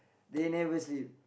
they never sleep